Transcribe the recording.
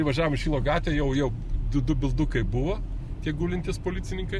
įvažiavom į šilo gatvę jau jau du du bildukai buvo tie gulintys policininkai